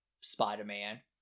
Spider-Man